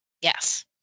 Yes